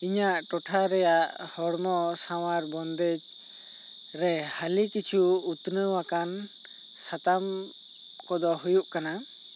ᱤᱧᱟᱹᱜ ᱴᱚᱴᱷᱟ ᱨᱮᱭᱟᱜ ᱦᱚᱲᱢᱚ ᱥᱟᱶᱟᱨ ᱵᱚᱱᱫᱮᱡᱽ ᱨᱮ ᱦᱟᱹᱞᱤ ᱠᱤᱪᱷᱩ ᱩᱛᱱᱟᱹᱣ ᱟᱠᱟᱱ ᱥᱟᱛᱟᱢ ᱠᱚᱫᱚ ᱦᱩᱭᱩᱜ ᱠᱟᱱᱟ